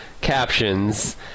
captions